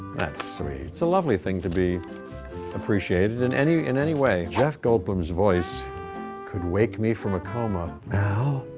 that's sweet. it's a lovely thing to be appreciated in any in any way. jeff goldblum's voice could wake me from a coma. mal,